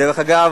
דרך אגב,